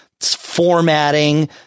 formatting